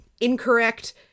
incorrect